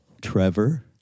Trevor